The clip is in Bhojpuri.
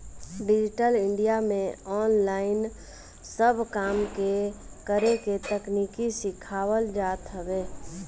डिजिटल इंडिया में ऑनलाइन सब काम के करेके तकनीकी सिखावल जात हवे